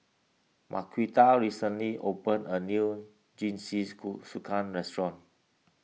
Marquita recently opened a new restaurant